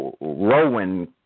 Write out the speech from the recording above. Rowan